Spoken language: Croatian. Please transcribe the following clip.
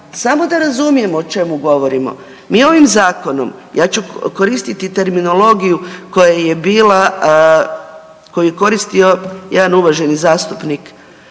samo da razrujemo o čemu govorimo, mi ovim zakonom, ja ću koristiti terminologiju koja je bila koju je koristio jedan uvaženi zastupnik